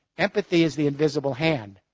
empathy is the invisible hand,